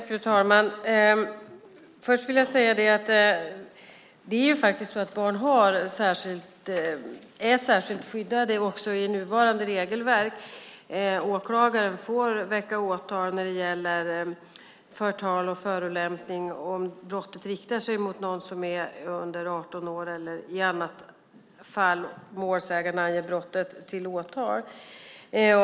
Fru talman! Först vill jag säga att det faktiskt är så att barn är särskilt skyddade också i nuvarande regelverk. Åklagaren får väcka åtal när det gäller förtal och förolämpning om brottet riktar sig mot någon som är under 18 år eller i annat fall då målsägandena ger brottet till åtal.